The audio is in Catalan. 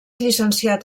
llicenciat